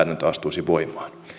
astuisivat voimaan